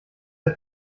der